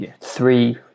three